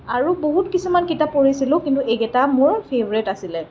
আৰু বহুত কিছুমান কিতাপ পঢ়িছিলোঁ কিন্তু এইকেইটা মোৰ ফেভৰেট আছিলে